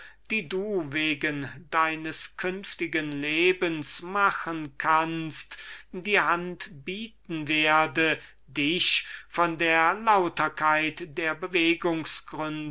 die du wegen deines künftigen lebens machen kannst die hand bieten werde dich von der lauterkeit der